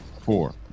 four